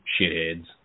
shitheads